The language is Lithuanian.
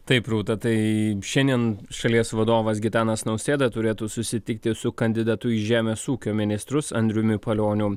taip rūta tai šiandien šalies vadovas gitanas nausėda turėtų susitikti su kandidatu į žemės ūkio ministrus andriumi palioniu